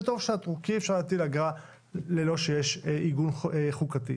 שמירה זה דבר אבסטרקטי קצת.